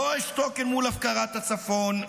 לא אשתוק אל מול הפקרת הצפון.